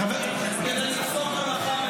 ------ אתה צודק,